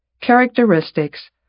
characteristics